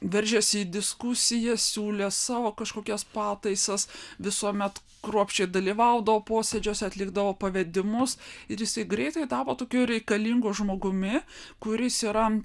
veržėsi į diskusijas siūlė savo kažkokias pataisas visuomet kruopščiai dalyvaudavo posėdžiuose atlikdavo pavedimus ir jisai greitai tapo tokiu reikalingu žmogumi kuris yra